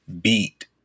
beat